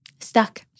stuck